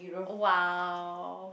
!wow!